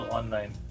online